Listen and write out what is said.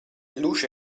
luce